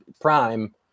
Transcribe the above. prime